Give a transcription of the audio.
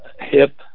hip